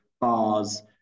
bars